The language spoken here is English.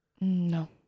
No